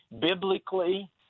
biblically